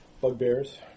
bugbears